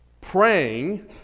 praying